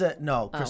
No